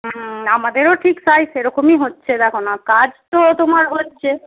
হুম আমাদেরও ঠিক তাই সেরকমই হচ্ছে দেখো না কাজ তো তোমার হচ্ছে